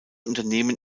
unternehmen